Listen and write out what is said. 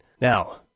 now